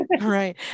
Right